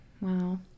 Wow